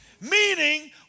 Meaning